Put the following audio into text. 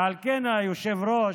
ועל כן, היושב-ראש,